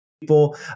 people